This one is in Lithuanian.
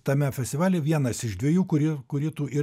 tame festivalyje vienas iš dviejų kurį kurį tu ir